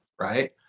Right